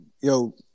yo